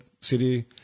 city